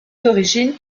d’origine